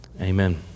amen